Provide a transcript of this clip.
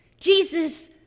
Jesus